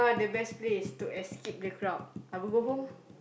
the best place to escape the crowd I would go home